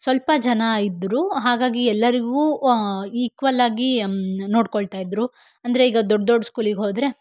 ಸ್ವಲ್ಪ ಜನ ಇದ್ದರು ಹಾಗಾಗಿ ಎಲ್ಲರಿಗೂ ಈಕ್ವಲ್ ಆಗಿ ನೋಡ್ಕೊಳ್ತಾಯಿದ್ದರು ಅಂದರೆ ಈಗ ದೊಡ್ಡ ದೊಡ್ಡ ಸ್ಕೂಲಿಗೆ ಹೋದರೆ